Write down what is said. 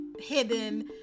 hidden